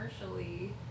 commercially